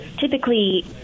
typically